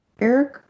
Eric